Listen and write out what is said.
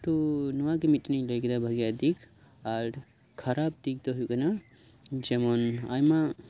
ᱛᱚ ᱱᱚᱶᱟ ᱜᱮ ᱢᱤᱫ ᱴᱮᱱ ᱤᱧ ᱞᱟᱹᱭ ᱠᱮᱫᱟ ᱵᱷᱟᱜᱤᱭᱟᱜ ᱫᱤᱠ ᱟᱨ ᱠᱷᱟᱨᱟᱯ ᱫᱤᱠ ᱫᱚ ᱦᱳᱭᱳᱜ ᱠᱟᱱᱟ ᱡᱮᱢᱚᱱ ᱟᱭᱢᱟ